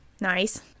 Nice